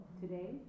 Today